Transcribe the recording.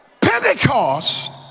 Pentecost